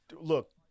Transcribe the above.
Look